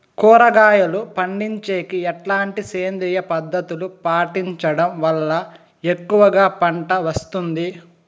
కూరగాయలు పండించేకి ఎట్లాంటి సేంద్రియ పద్ధతులు పాటించడం వల్ల ఎక్కువగా పంట వస్తుంది?